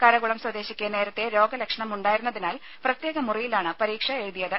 കരകുളം സ്വദേശിക്ക് നേരത്തെ രോഗ ലക്ഷണം ഉണ്ടായിരുന്നതിനാൽ പ്രത്യേക മുറിയിലാണ് പരീക്ഷ എഴുതിയത്